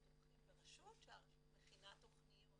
אנחנו תומכים ברשות שהרשות מכינה תוכניות